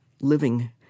living